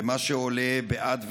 במה שעולה בעד ונגד,